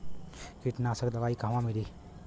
कीटनाशक दवाई कहवा मिली?